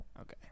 Okay